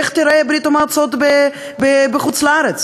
איך תיראה ברית-המועצות בחוץ-לארץ.